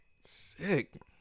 Sick